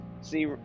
See